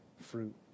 fruit